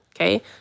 okay